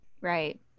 Right